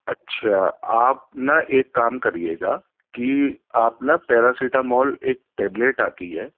اچھا آپ نا ایک کام کریے گا کہ آپ نا پیراسیٹامال ایک ٹیبلیٹ آتی ہے